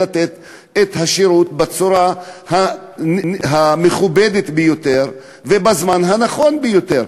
לתת את השירות בצורה המכובדת ביותר ובזמן הנכון ביותר?